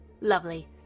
Lovely